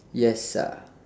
yes ah